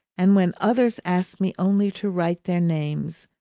and when others asked me only to write their names,